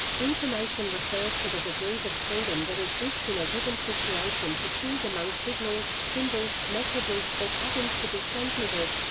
information refers to the degrees of freedom that exist in a given situation to choose among signals, symbols, messages, or patterns to be transmitted.